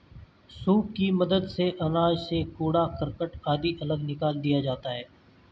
soup की मदद से अनाज से कूड़ा करकट आदि अलग निकाल दिया जाता है